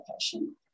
passion